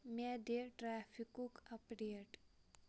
مےٚ دِ ٹریفکُک اپ ڈیٹ